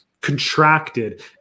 contracted